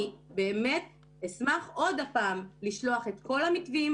אני באמת אשמח עוד הפעם לשלוח את כל המתווים,